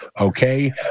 Okay